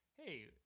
hey